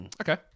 okay